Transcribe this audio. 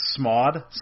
Smod